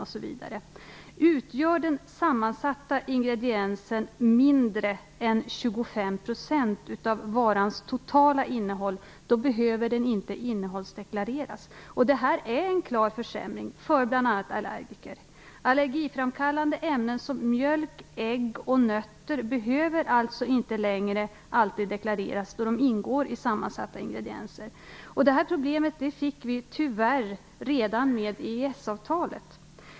Om den sammansatta ingrediensen utgör mindre än 25 % av varans totala innehåll behöver den inte innehållsdeklareras. Detta är en klar försämring för bl.a. allergiker. Allergiframkallande ämnen som mjölk, ägg och nötter behöver alltså inte längre alltid deklareras när de ingår i sammansatta ingredienser. Det här problemet fick vi tyvärr redan med EES avtalet.